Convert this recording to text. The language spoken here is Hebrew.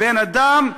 בן-אדם,